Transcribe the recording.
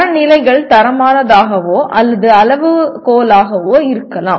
தரநிலைகள் தரமானதாகவோ அல்லது அளவுகோலாகவோ இருக்கலாம்